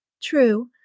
True